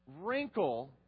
wrinkle